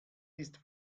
ist